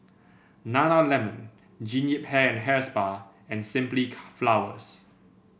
Nana Lemon Jean Yip Hair and Hair Spa and Simply Flowers